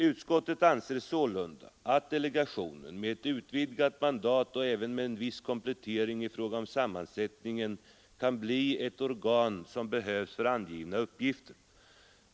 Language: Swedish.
Utskottet anser sålunda att delegationen, med ett utvidgat mandat och även med viss komplettering i fråga om sammansättningen, kan bli det organ som behövs för angivna uppgifter.